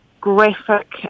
graphic